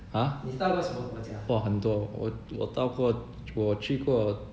ha !wah! 很多我我到过我去过